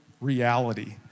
reality